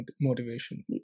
motivation